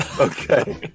Okay